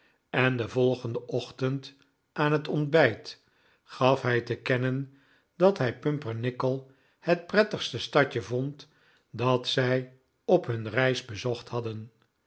en den volgenden ochtend aan het ontbijt p gaf hij te kennen dat hij pumpernickel het prettigste stadje vond dat zij p op hun reis bezocht hadden